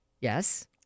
Yes